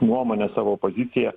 nuomonę savo poziciją